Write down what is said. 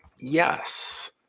Yes